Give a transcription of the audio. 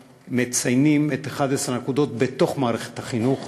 מציינים את הקמת 11 הנקודות בתוך מערכת החינוך,